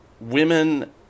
women